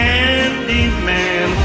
Candyman